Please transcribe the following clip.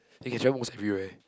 you can travel almost everywhere